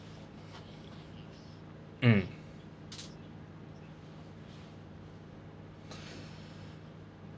mm